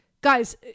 guys